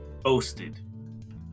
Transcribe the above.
Posted